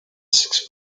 sixth